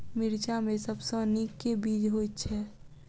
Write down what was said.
मिर्चा मे सबसँ नीक केँ बीज होइत छै?